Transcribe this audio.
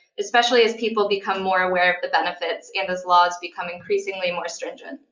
especially as people become more aware of the benefits, and as laws become increasingly more stringent.